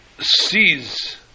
sees